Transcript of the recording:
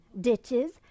ditches